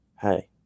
Hey